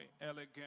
Elegant